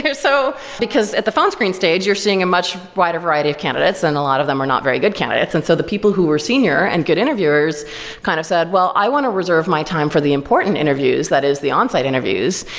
so because at the phone screen stage, you're seeing a much wider variety of candidates and a lot of them are not very good candidates. and so the people who were senior and good interviewers kind of said, well, i want to reserve my time for the important interviews, that is the on-site interviews.